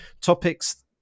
topics